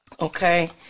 Okay